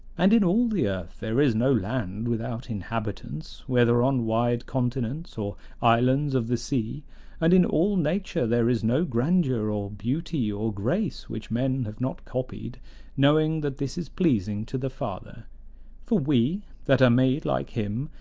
and in all the earth there is no land without inhabitants, whether on wide continents or islands of the sea and in all nature there is no grandeur or beauty or grace which men have not copied knowing that this is pleasing to the father for we, that are made like him,